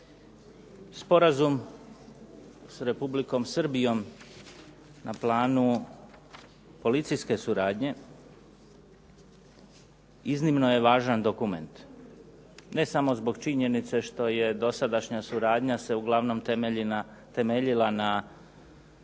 Sporazum s Republikom Srbijom na planu policijske suradnje, iznimno je važan dokument. Ne samo zbog činjenice što je dosadašnja suradnja se uglavnom temeljila na starom